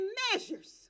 measures